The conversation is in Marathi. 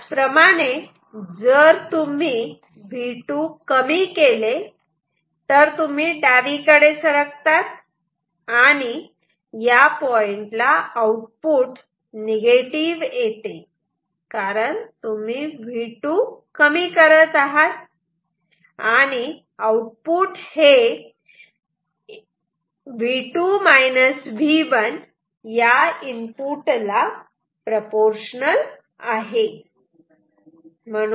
त्याचप्रमाणे जर तुम्ही V2 कमी केले तर तुम्ही डावीकडे सरकतात आणि या पॉइंटला आउटपुट निगेटिव्ह येते कारण तुम्ही V2 कमी करत आहात आणि आउटपुट हे V2 V1 ला प्रोपोर्शनल आहे